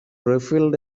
refilled